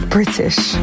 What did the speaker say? British